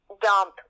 dump